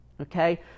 Okay